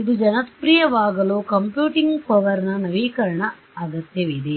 ಇದು ಜನಪ್ರಿಯವಾಗಲು computing power ನ ನವೀಕರಣದ ಅಗತ್ಯವಿದೆ